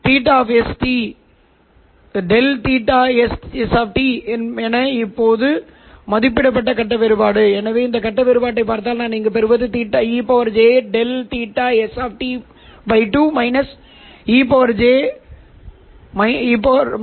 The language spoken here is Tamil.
நீங்கள் ELO ஐப் பெறுகிறீர்கள் மாறாக நீங்கள் j | ELO | 2 ஐப் பெறுகிறீர்கள் ஆனால் கட்டத்திற்கு எந்த மதிப்பும் இல்லை என்பதால் இது ELO ஐ இங்கு பெறுவது போலவே நல்லது மேலும் இங்கே Pr ஐப் பெறுவது நல்லது இந்த R 2 காரணிகளை நீக்குகிறேன் நீங்கள் பின்னர் நிரப்பலாம்